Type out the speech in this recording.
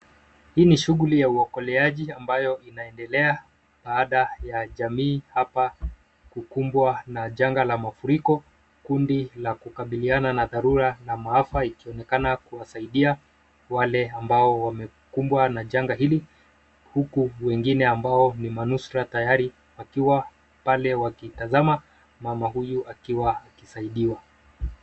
Hii ni shughuli ya uokoleaji ambayo inaendelea baada ya jamii hapa kukumbwa na janga la mafuriko, kundi la kukabiliana na dharura na maafa ikionekana kuwasaidia wale ambao wamekumbwa na janga hili, huku wengine ambao ni manusura tayari wakiwa pale wakitazama mama huyu akiwa akisaidiwa.